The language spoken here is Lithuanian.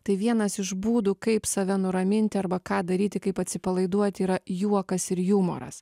tai vienas iš būdų kaip save nuraminti arba ką daryti kaip atsipalaiduot yra juokas ir jumoras